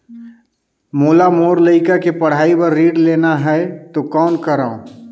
मोला मोर लइका के पढ़ाई बर ऋण लेना है तो कौन करव?